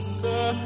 sir